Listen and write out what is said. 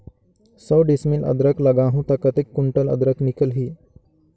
सौ डिसमिल अदरक लगाहूं ता कतेक कुंटल अदरक निकल ही?